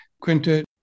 Quinta